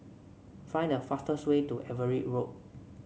find the fastest way to Everitt Road